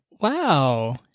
wow